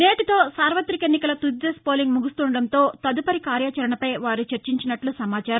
నేటితో సార్వతిక ఎన్నికల తుదిదశ పోలింగ్ ముగుస్తుండటంతో తదుపరి కార్యాచరణపై వారు చర్చించినట్లు సమాచారం